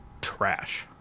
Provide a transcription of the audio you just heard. trash